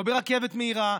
לא ברכבת מהירה,